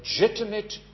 legitimate